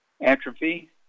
atrophy